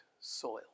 soil